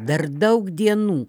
dar daug dienų